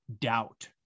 doubt